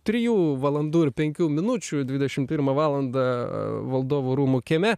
trijų valandų ir penkių minučių dvidešim pirmą valandą valdovų rūmų kieme